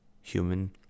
human